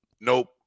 Nope